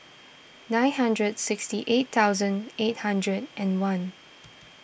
nine hundred sixty eight thousand eight hundred and one